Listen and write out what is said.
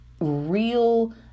real